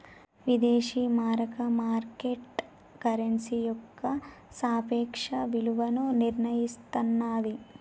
విదేశీ మారక market currency యొక్క సాపేక్ష విలువను నిర్ణయిస్తన్నాది